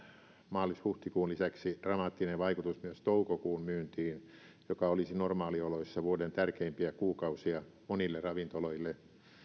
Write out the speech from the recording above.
maalis huhtikuun lisäksi dramaattinen vaikutus myös toukokuun myyntiin joka olisi normaalioloissa vuoden tärkeimpiä kuukausia monille ravintoloille